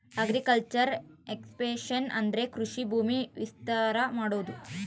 agriculture expansion ಅಂದ್ರೆ ಕೃಷಿ ಭೂಮಿನ ವಿಸ್ತಾರ ಮಾಡೋದು